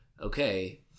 okay